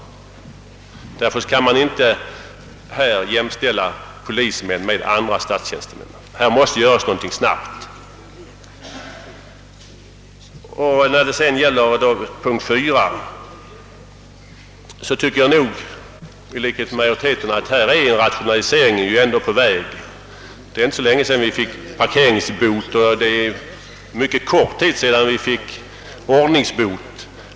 Därför kan man inte i detta avseende jämställa polismän med andra statstjänstemän. Här måste göras någonting snabbt. När det gäller punkt 3 tycker jag nog i likhet med majoriteten att en rationalisering ju ändå är på väg på detta område. Det är inte så länge sedan vi införde parkeringsbot, och det är mycket kort tid sedan vi införde ordningsbot.